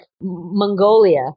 Mongolia